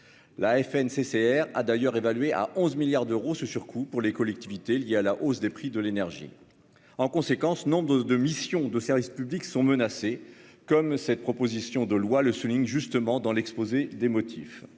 La Fnccr a d'ailleurs évalué à 11 milliards d'euros ce surcoût pour les collectivités lié à la hausse des prix de l'énergie en conséquence non de de missions de service public sont menacés comme cette proposition de loi le souligne justement dans l'exposé des motifs.